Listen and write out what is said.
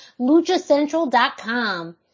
LuchaCentral.com